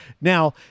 Now